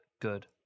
good